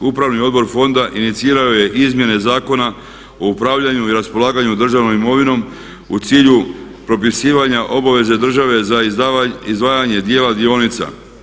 Upravni odbor fonda inicirao je izmjene Zakona o upravljanju i raspolaganju državnom imovinom u cilju propisivanja obaveze države za izdvajanje dijela dionica.